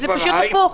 זה פשוט הפוך.